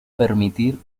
permitir